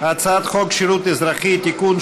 הצעת חוק שירות אזרחי (תיקון,